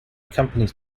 companies